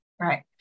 Right